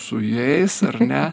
su jais ar ne